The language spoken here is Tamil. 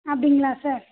அப்படிங்களா சார்